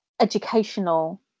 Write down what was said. educational